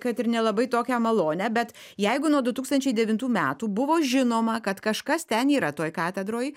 kad ir nelabai tokią malonią bet jeigu nuo du tūkstančiai devintų metų buvo žinoma kad kažkas ten yra toj katedroj